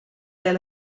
elle